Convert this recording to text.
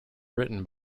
written